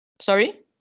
sorry